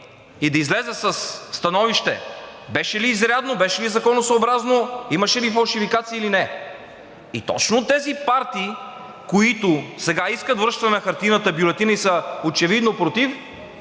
и да излезе със становище – беше ли изрядно, беше ли законосъобразно, имаше ли фалшификации или не. И точно тези партии, които сега искат връщане на хартиената бюлетина и са очевидно против